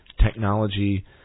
technology